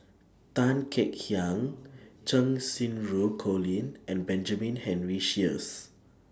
Tan Kek Hiang Cheng Xinru Colin and Benjamin Henry Sheares